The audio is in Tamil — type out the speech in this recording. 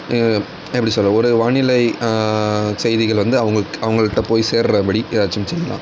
எப்படி சொல்ல ஒரு வானிலை செய்திகள் வந்து அவங்களுக் அவங்கள்ட்ட போய் சேர்ற படி ஏதாச்சும் செய்யலாம்